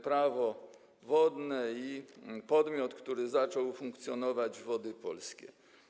Prawo wodne i podmiot, który zaczął funkcjonować, Wody Polskie.